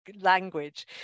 language